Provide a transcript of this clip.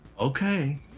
Okay